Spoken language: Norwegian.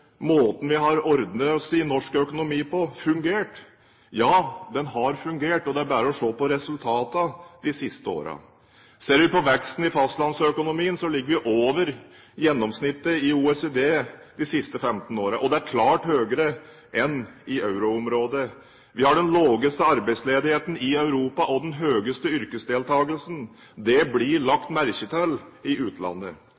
måten vi har ordnet oss på i norsk økonomi, fungert? Ja, den har fungert. Det er bare å se på resultatene de siste åra. Ser vi på veksten i fastlandsøkonomien, ligger vi over gjennomsnittet i OECD de siste 15 åra. Det er klart høyere enn i euroområdet. Vi har den laveste arbeidsledigheten i Europa og den høyeste yrkesdeltakelsen. Det blir